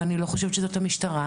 ואני לא חושבת שזאת המשטרה,